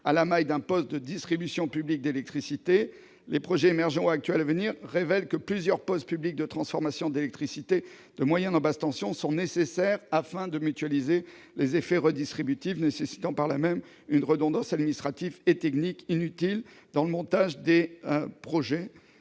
à la maille d'un poste de distribution publique d'électricité. Les projets émergents, actuels ou à venir, révèlent que plusieurs postes publics de transformation d'électricité de moyenne à basse tension sont nécessaires pour mutualiser les effets redistributifs. Par là même, ces équipements induisent une redondance administrative et technique dans le montage des projets.